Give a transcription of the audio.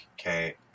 okay